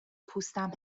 پوستم